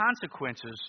consequences